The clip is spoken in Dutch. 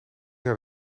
naar